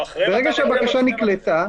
ברגע שהבקשה נקלטה,